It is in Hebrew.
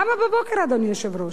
למה בבוקר, אדוני היושב-ראש?